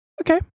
Okay